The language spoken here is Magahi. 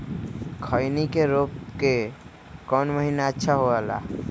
खैनी के रोप के कौन महीना अच्छा है?